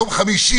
יום ראשון,